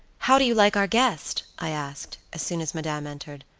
how do you like our guest? i asked, as soon as madame entered.